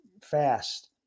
fast